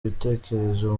bitekerezo